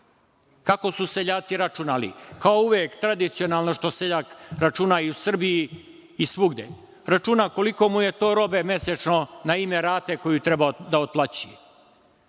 Kako su seljaci računali? Kao uvek, tradicionalno što seljak računa i u Srbiji i svugde. Računa koliko mu je to robe mesečno na ime rate koju treba da otplaćuje.